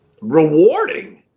Rewarding